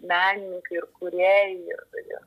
menininkai ir kūrėjai ir beje